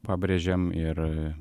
pabrėžiam ir